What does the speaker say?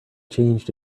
changed